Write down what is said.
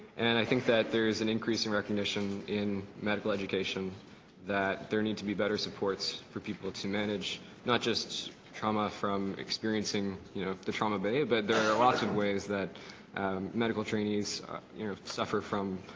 and i think that there is an increase in recognition in medical education that there need to be better supports for people to manage not just trauma from experiencing you know the trauma bay but there are lots of ways that medical trainees suffer from